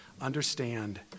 understand